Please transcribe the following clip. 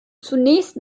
zunächst